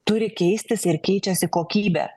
turi keistis ir keičiasi kokybė